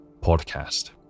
podcast